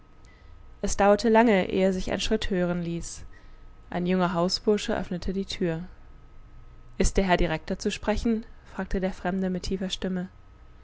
es dauerte lange ehe sich ein schritt hören ließ ein junger hausbursche öffnete die tür ist der herr direktor zu sprechen fragte der fremde mit tiefer stimme